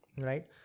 right